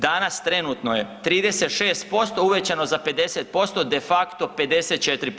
Danas trenutno je 36% uvećano za 50% de facto 54%